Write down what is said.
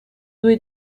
due